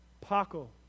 Paco